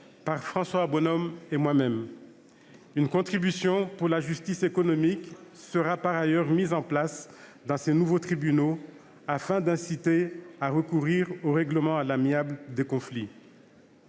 avions déposée en novembre 2021. Une contribution pour la justice économique sera mise en place dans ces nouveaux tribunaux afin d'inciter à recourir au règlement à l'amiable des conflits.